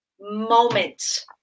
moment